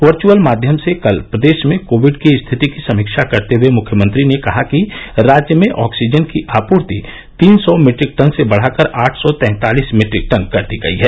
virtual माध्यम से कल प्रदेश में कोविड की स्थिति की समीक्षा करते हुए मुख्यमंत्री ने कहा कि राज्य में ऑक्सीजन की आपूर्ति तीन सौ मीट्रिक टन से बढ़ाकर आठ सौ तैंतालीस मीट्रिक टन कर दी गयी है